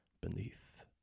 Beneath